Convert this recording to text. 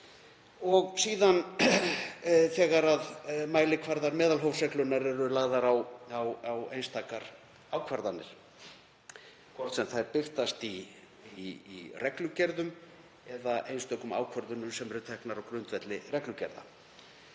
og síðan að mælikvarðar meðalhófsreglunnar séu lagðir á einstakar ákvarðanir, hvort sem þær birtast í reglugerðum eða einstökum ákvörðunum sem eru teknar á grundvelli reglugerða.